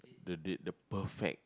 the date the perfect